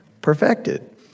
Perfected